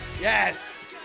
Yes